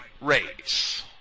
race